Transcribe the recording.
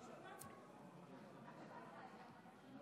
להלן תוצאות ההצבעה: 46 חברי כנסת בעד,